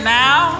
now